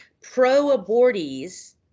pro-abortees